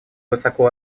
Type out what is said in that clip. высоко